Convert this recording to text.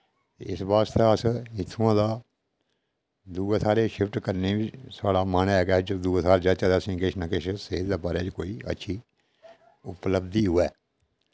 इस बास्तै अस इत्थोआं दा दुए थाह्रे शिफ्ट करने बी साढ़ा मन ऐ कि अस दुए थाह्र जाचै ते असें किश ना किश सेह्त दे बारे कोई अच्छी उपलब्धि होऐ